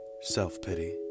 Self-pity